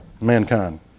mankind